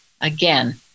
Again